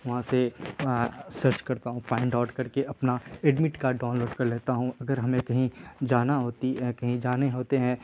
وہاں سے سرچ کرتا ہوں فائنڈ آؤٹ کر کے اپنا ایڈمٹ کارڈ ڈاؤن لوڈ کر لیتا ہوں اگر ہمیں کہیں جانا ہوتی ہے کہیں جانے ہوتے ہیں